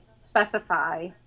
specify